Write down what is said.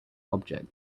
object